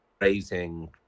raising